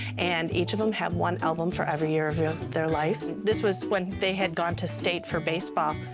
and each of them have one album for every year of yeah their life. this was when they had gone to state for baseball.